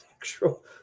actual